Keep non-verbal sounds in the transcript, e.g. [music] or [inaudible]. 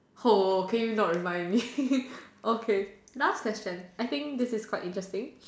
[ho] can you not remind me [laughs] okay last question I think this is quite interesting